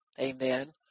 Amen